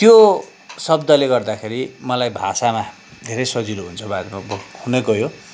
त्यो शब्दले गर्दाखेरि मलाई भाषामा धेरै सजिलो हुन्छ वा हुन गयो